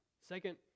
second